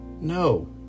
No